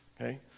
Okay